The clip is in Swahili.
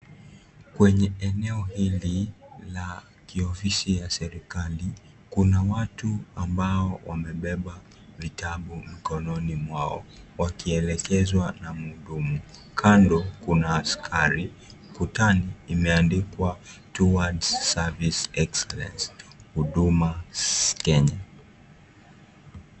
Kwenye eneo hili la kiofisi ya serikali, kuna watu ambao wamebeba vitabu mikononi mwao wakielekezwa na mhudumu. Kando kuna askari. Ukutani imeandikwa " Towards Service Express Huduma Kenya"